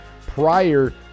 prior